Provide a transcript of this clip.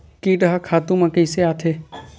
कीट ह खातु म कइसे आथे?